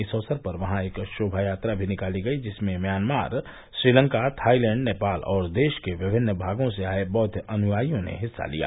इस अवसर पर वहां एक शोभायात्रा भी निकाली गयी जिसमें म्यामार श्रीलंका थाईलैण्ड नेपाल और देश के विभिन्न भागों से आये बौद्व अनुयायियों ने हिस्सा लिया